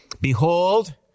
Behold